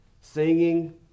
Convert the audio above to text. singing